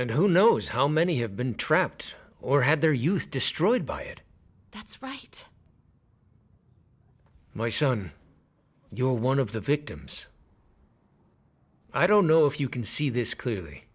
and who knows how many have been trapped or had their youth destroyed by it that's right my son you're one of the victims i don't know if you can see this clearly